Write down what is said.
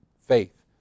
faith